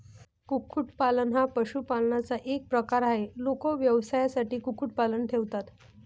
कुक्कुटपालन हा पशुपालनाचा एक प्रकार आहे, लोक व्यवसायासाठी कुक्कुटपालन ठेवतात